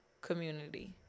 community